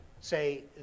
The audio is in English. say